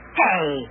hey